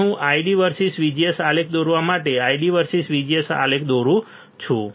હવે હું ID versus VGS આલેખ દોરવા માટે ID વર્સીસ VGS આલેખ દોરી રહ્યો છું